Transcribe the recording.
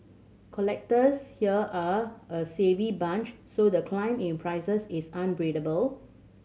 collectors here are a savvy bunch so the climb in prices is